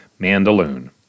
Mandaloon